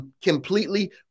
completely